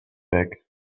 back